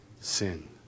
sin